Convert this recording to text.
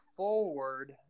forward